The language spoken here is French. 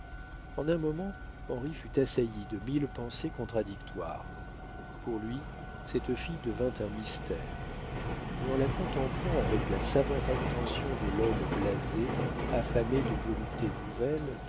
en un moment henri fut assailli de mille pensées contradictoires pour lui cette fille devint un mystère mais en la contemplant avec la savante attention de l'homme blasé affamé de voluptés nouvelles